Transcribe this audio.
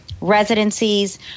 residencies